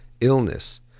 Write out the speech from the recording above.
illness